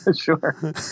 Sure